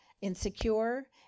insecure